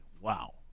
Wow